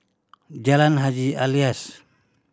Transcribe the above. Jalan Haji Alias